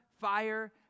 fire